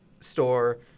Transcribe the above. store